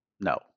no